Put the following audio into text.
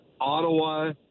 Ottawa